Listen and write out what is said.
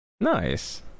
Nice